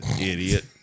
idiot